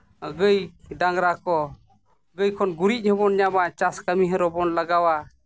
ᱜᱟᱹᱭ ᱰᱟᱝᱨᱟ ᱠᱚ ᱜᱟᱹᱭ ᱠᱷᱚᱱ ᱜᱩᱨᱤᱡ ᱦᱚᱸ ᱵᱚᱱ ᱧᱟᱢᱟ ᱪᱟᱥ ᱠᱟᱹᱢᱤ ᱨᱮ ᱦᱚᱸ ᱵᱚᱱ ᱞᱟᱜᱟᱣᱟ